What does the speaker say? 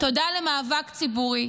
תודה למאבק ציבורי